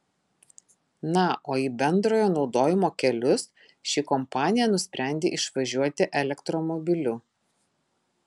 na o į bendrojo naudojimo kelius ši kompanija nusprendė išvažiuoti elektromobiliu